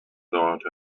thought